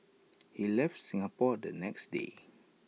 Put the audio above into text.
he left Singapore the next day